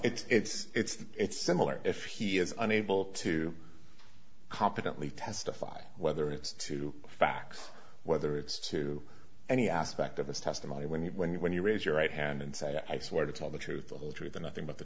well it's similar if he is unable to competently testify whether it's to fax whether it's to any aspect of this testimony when you when you when you raise your right hand and say i swear to tell the truth the whole truth the nothing but the